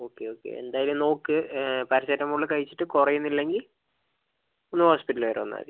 okay okay എന്തായാലും നോക്ക് paracetamol കഴിച്ചിട്ട് കുറയുന്നില്ലെങ്കിൽ ഒന്ന് ഹോസ്പിറ്റൽ വരെ വന്നാൽ മതി